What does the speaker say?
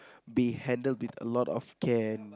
they handle with a lot of can